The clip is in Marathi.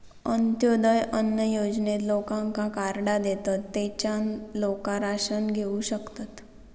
अंत्योदय अन्न योजनेत लोकांका कार्डा देतत, तेच्यान लोका राशन घेऊ शकतत